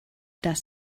das